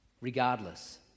regardless